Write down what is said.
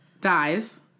dies